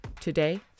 Today